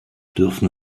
dürfen